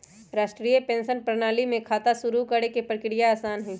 राष्ट्रीय पेंशन प्रणाली में खाता शुरू करे के प्रक्रिया आसान हई